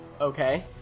Okay